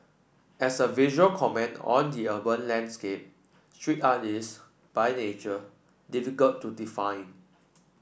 as a visual comment on the urban landscape street art is by nature difficult to define